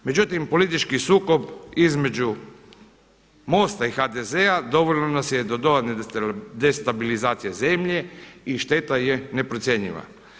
Međutim politički sukob između MOST-a i HDZ-a doveo nas je do destabilizacije zemlje i šteta je neprocjenjiva.